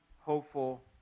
hopeful